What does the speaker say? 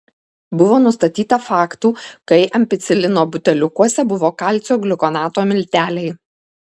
buvo nustatyta faktų kai ampicilino buteliukuose buvo kalcio gliukonato milteliai